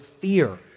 fear